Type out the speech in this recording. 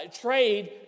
trade